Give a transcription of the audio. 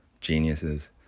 geniuses